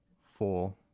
Four